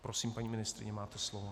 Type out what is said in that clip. Prosím, paní ministryně, máte slovo.